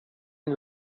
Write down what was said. این